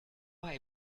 war